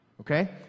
Okay